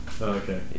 okay